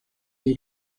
the